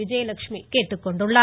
விஜயலெட்சுமி கேட்டுக்கொண்டுள்ளார்